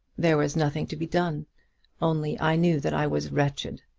there was nothing to be done only i knew that i was wretched.